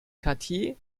quartier